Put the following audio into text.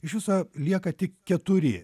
iš viso lieka tik keturi